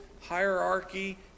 hierarchy